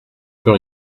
plus